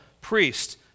priest